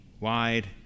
wide